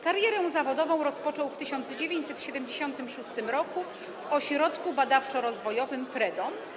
Karierę zawodową rozpoczął w 1976 r. w Ośrodku Badawczo-Rozwojowym PREDOM.